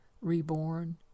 reborn